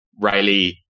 Riley